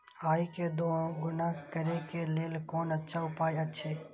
आय के दोगुणा करे के लेल कोन अच्छा उपाय अछि?